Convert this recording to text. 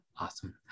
Awesome